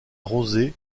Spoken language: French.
rosés